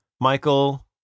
michael